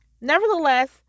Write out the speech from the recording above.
Nevertheless